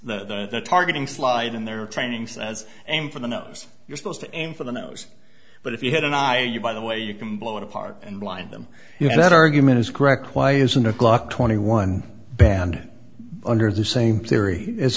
the targeting slide in their training says aim for the nose you're supposed to aim for the nose but if you had an eye you by the way you can blow it apart and blind them you know that argument is correct why isn't a glock twenty one banned under the same theory is